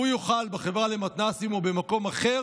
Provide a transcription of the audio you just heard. והוא יוכל, בחברה למתנ"סים או במקום אחר,